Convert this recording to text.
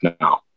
now